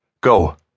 Go